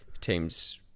teams